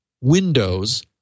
windows